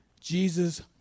Jesus